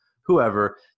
whoever